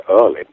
early